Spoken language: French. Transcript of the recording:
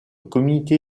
comité